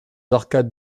arcades